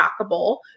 trackable